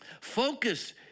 Focus